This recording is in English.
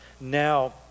now